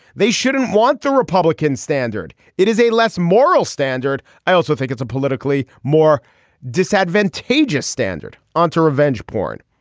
they shouldn't want the republican standard. it is a less moral standard. i also think it's a politically more disadvantageous standard onto revenge porn.